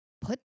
Put